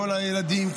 כל הילדים,